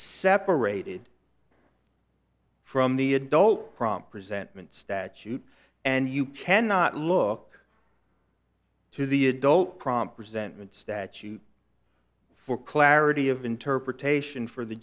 separated from the adult prom presentment statute and you cannot look to the adult prompt resentment statute for clarity of interpretation for the